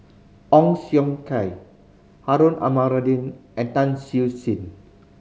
Ong Siong Kai Harun Aminurrashid and Tan Siew Sin